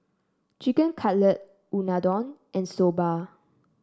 Chicken Cutlet Unadon and Soba